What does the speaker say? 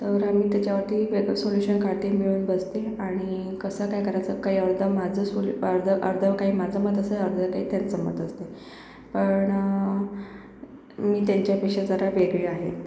तर मी त्याच्यावरती वेगळं सोल्यूशन काढते मिळून बसते आणि कसं काय करायचं काही अर्धं माझं सोलू अर्धं अर्धं काही माझं मत असेल अर्धं काही त्यांचं मत असेल पण मी त्यांच्यापेक्षा जरा वेगळी आहे